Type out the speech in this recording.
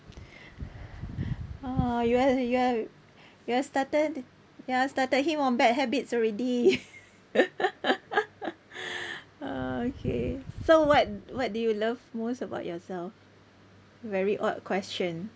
orh you are you have you have started ya started him on bad habits already okay so what what do you love most about yourself very odd question